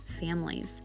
families